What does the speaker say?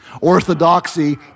orthodoxy